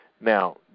Now